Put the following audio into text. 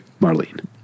Marlene